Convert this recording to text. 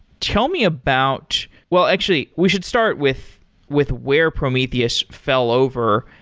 tell me about well, actually we should start with with where prometheus fell over,